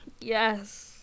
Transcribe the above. Yes